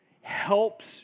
helps